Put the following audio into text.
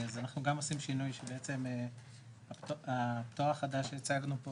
אז אנחנו גם עושים שינוי שהפטור החדש שהצגנו פה